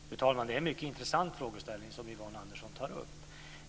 Fru talman! Det är en mycket intressant frågeställning som Yvonne Andersson tar upp.